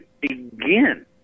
begin